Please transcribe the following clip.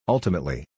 Ultimately